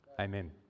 Amen